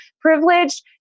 privileged